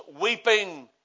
weeping